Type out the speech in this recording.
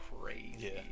crazy